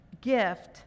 gift